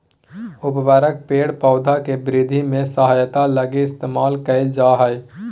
उर्वरक पेड़ पौधा के वृद्धि में सहायता लगी इस्तेमाल कइल जा हइ